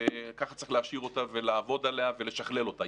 וככה צריך להשאיר אותה ולעבוד עליה ולשכלל אותה.